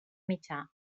mitjà